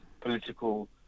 political